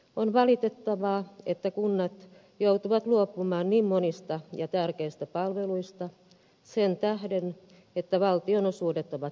on valitettavaa että kunnat joutuvat luopumaan niin monista ja tärkeistä palveluista sen tähden että valtionosuudet ovat riittämättömiä